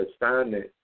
assignment